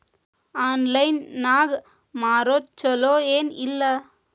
Online ನಾಗ್ ಮಾರೋದು ಛಲೋ ಏನ್ ಇಲ್ಲ?